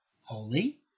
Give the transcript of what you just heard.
holy